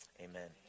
amen